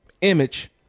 image